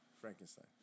Frankenstein